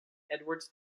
edward